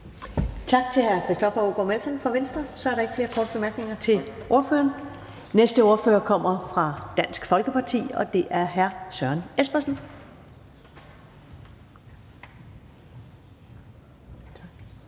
Tak til hr. Christoffer Aagaard Melson fra Venstre. Der er ikke flere korte bemærkninger til ordføreren. Næste ordfører kommer fra Dansk Folkeparti, og det er hr. Søren Espersen.